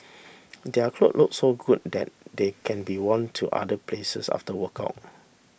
their cloth look so good that they can be worn to other places after workout